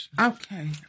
Okay